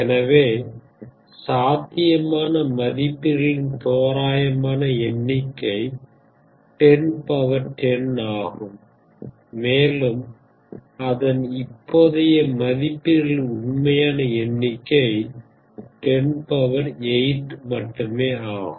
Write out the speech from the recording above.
எனவே சாத்தியமான மதிப்பீடுகளின் தோராயமான எண்ணிக்கை ஆகும் மேலும் அதன் இப்போதைய மதிப்பீடுகளின் உண்மையான எண்ணிக்கை மட்டுமே ஆகும்